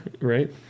Right